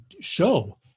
show